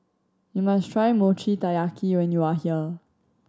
you must try Mochi Taiyaki when you are here